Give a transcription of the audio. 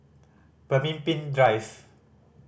Pemimpin Drive